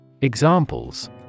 Examples